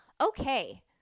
Okay